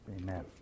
Amen